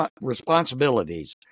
responsibilities